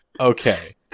okay